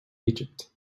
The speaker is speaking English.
egypt